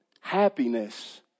happiness